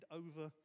over